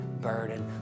burden